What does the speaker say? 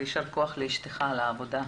יישר כוח לאשתך על העבודה.